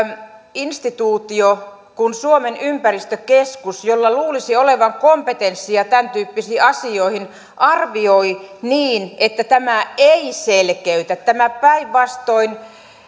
instituutio kuin suomen ympäristökeskus jolla luulisi olevan kompetenssia tämäntyyppisiin asioihin arvioi että tämä ei selkeytä vaan päinvastoin